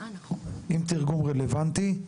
עם תרגום רלוונטי,